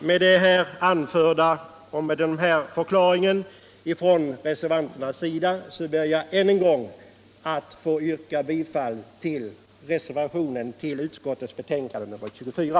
Med det här anförda och denna förklaring ber jag att ännu en gång få yrka bifall till reservationen vid civilutskottets betänkande nr 24.